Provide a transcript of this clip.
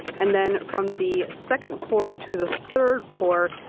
and then from the second pour to the third pour,